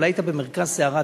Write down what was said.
אבל היית במרכז סערה.